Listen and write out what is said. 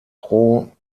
pro